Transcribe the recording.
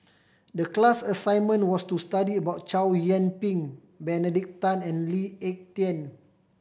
the class assignment was to study about Chow Yian Ping Benedict Tan and Lee Ek Tieng